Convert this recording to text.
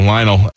Lionel